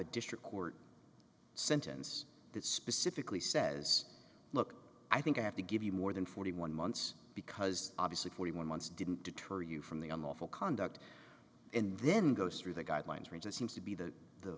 a district court sentence that specifically says look i think i have to give you more than forty one months because obviously forty one months didn't deter you from the on the awful conduct and then go through the guidelines written seems to be that the